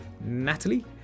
Natalie